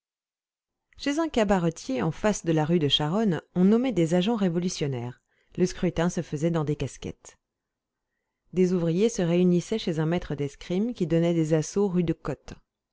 chez un cabaretier en face de la rue de charonne on nommait des agents révolutionnaires le scrutin se faisait dans des casquettes des ouvriers se réunissaient chez un maître d'escrime qui donnait des assauts rue de cotte